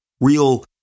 real